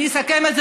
אני אסכם את זה